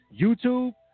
YouTube